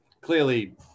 clearly